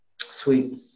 Sweet